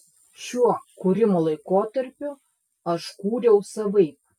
šiuo kūrimo laikotarpiu aš kūriau savaip